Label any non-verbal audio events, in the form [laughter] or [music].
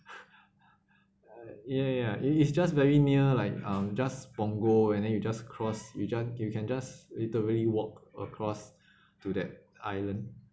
[laughs] yeah yeah it is just very near like um just punggol and then you just cross you just you can just literally walk across to that island